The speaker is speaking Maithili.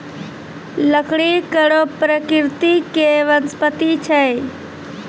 लकड़ी कड़ो प्रकृति के वनस्पति छै